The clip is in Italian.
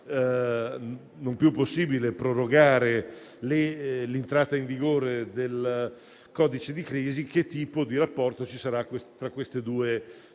non sarà più possibile prorogare l'entrata in vigore del codice di crisi, che tipo di rapporto ci sarà tra queste due